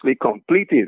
completed